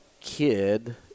kid